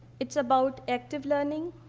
it's about active learning